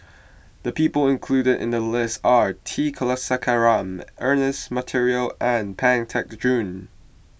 the people included in the list are T Kulasekaram Ernest Monteiro and Pang Teck Joon